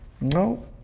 No